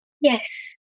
Yes